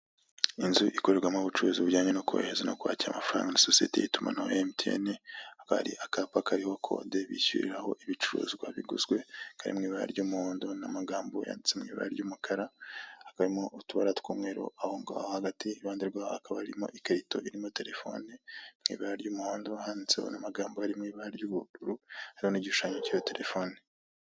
Inzu ikorerwamo bucuruzi bujyanye no korohereza no kwakira amafaranga na sosiye y'itumanaho ya MTN, hakaba hari akapa kariho kode bishyuriraho ibicuruzwa biguzwe, kari mw' ibara ry'umuhondo n'amagambo yanditse mw' ibara ry'umukara, hakaba harimo utubara tw'umweru aho ngaho hagati iruhande rwaho, hakaba harimo ikarito irimo telefone ibara ry'umuhondo handitseho amagambo ari mu ibara ry'ubururu hari nigishushanyo cyiyo telefoni.